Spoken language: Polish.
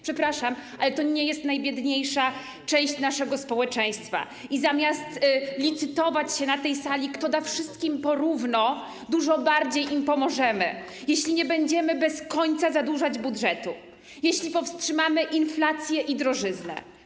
Przepraszam, ale to nie jest najbiedniejsza część naszego społeczeństwa i zamiast licytować się na tej sali, kto da wszystkim po równo, dużo bardziej im pomożemy, jeśli nie będziemy bez końca zadłużać budżetu, jeśli powstrzymamy inflację i drożyznę.